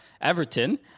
Everton